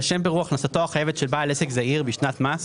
לשם בירור הכנסתו החייבת של בעל עסק זעיר בשנת מס,